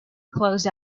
closed